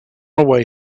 away